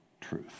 truth